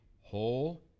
whole